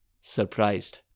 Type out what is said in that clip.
surprised